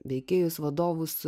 veikėjus vadovus